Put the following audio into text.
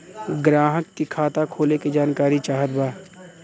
ग्राहक के खाता खोले के जानकारी चाहत बा?